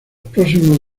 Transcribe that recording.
próximos